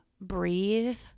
breathe